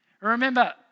Remember